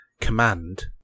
command